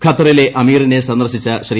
ഖത്തറിലെ അമീറിനെ സന്ദർശിച്ച ശ്രീ